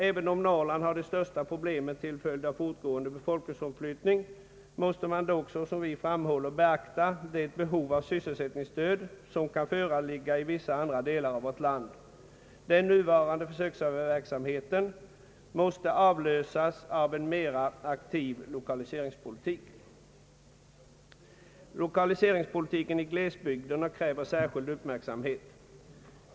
även om Norrland har de största problemen till följd av fortgående befolkningsomflyttning måste man dock såsom vi framhåller beakta det behov av sysselsättningsstöd som kan föreligga i vissa andra delar av vårt land. Den nuvarande försöksverksamheten måste avlösas av en mera aktiv lokaliseringspolitik. Lokaliseringspolitiken i glesbygderna kräver särskild uppmärksamhet.